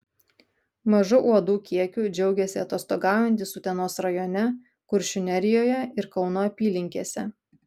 mažu uodų kiekiu džiaugėsi atostogaujantys utenos rajone kuršių nerijoje ir kauno apylinkėse